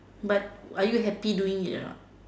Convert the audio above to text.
but are you happy doing it a not